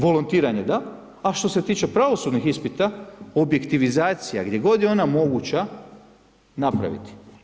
Volontiranje da, a što se tiče pravosudnih ispita, objektivizacija gdje god je ona moguća, napraviti.